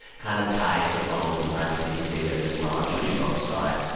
kind of tied to phones and privacy and data, as well. i'm sure you both saw it.